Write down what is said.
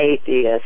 atheist